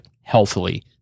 healthily